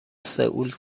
سئول